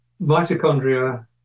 mitochondria